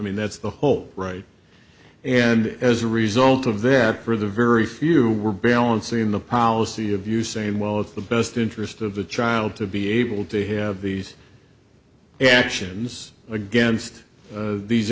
mean that's the whole right and as a result of that for the very few we're balancing the policy of you saying well it's the best interest of the child to be able to have these yeah actions against these